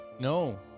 No